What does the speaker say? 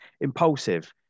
impulsive